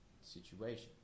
situation